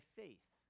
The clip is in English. faith